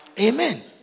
Amen